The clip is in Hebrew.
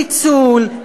ניצול,